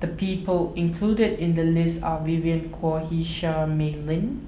the people included in the list are Vivien Quahe Seah Mei Lin